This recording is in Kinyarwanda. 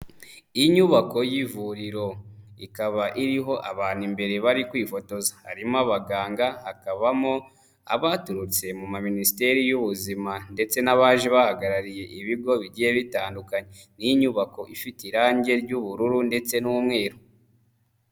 Inyubako y'ivuriro ikaba iriho abantu imbere bari kwifotoza harimo abaganga hakabamo abaturutse mu ma minisiteri y'ubuzima ndetse n'abaje bahagarariye ibigo bigiye bitandukanye n'inyubako ifite irangi ry'ubururu ndetse n'umweru.